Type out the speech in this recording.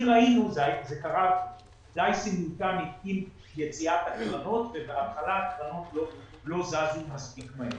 זה היה סימולטנית עם יציאת הקרנות ובהתחלה הקרנות לא זזו מספיק מהר.